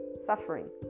suffering